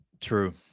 True